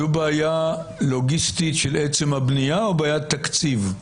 זו בעיה לוגיסטית של עצם הבנייה או בעיית תקציב?